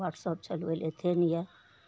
WhatsApp चलबैले अएते नहि यऽ